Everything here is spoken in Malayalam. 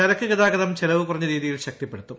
ചരക്കു ഗതാഗതം ചെലവു കുറഞ്ഞ രീതിയിൽ ശക്തിപ്പെടുത്തും